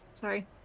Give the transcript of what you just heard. sorry